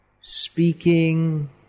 speaking